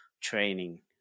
training